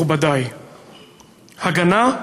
מכובדי, "הגנה?